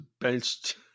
benched